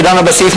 שדנה בסעיף,